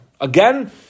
Again